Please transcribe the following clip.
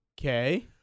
Okay